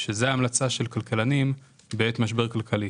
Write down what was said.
שממליצים עליה כלכלנים בעת משבר כלכלי.